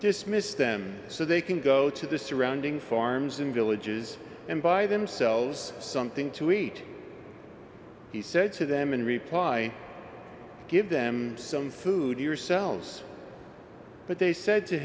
dismissed them so they can go to the surrounding farms and villages and buy themselves something to eat he said to them in reply give them some food yourselves but they said to